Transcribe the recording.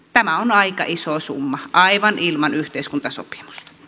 tämä on aika iso summa aivan ilman yhteiskuntasopimusta